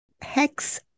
Hex